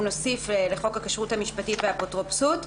נוסיף לחוק הכשרות המשפטית והאפוטרופסות,